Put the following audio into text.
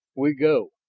we go.